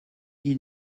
ils